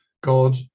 god